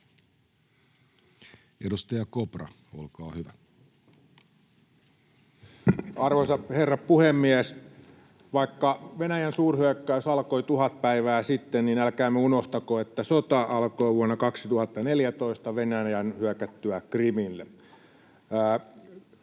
Edustaja Kopra, olkaa hyvä. Arvoisa herra puhemies! Vaikka Venäjän suurhyökkäys alkoi tuhat päivää sitten, niin älkäämme unohtako, että sota alkoi vuonna 2014 Venäjän hyökättyä Krimille.